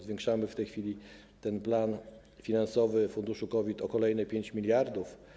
Zwiększamy w tej chwili ten plan finansowy funduszu COVID o kolejne 5 mld.